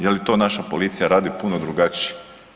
Je li to naša policija radi puno drugačije?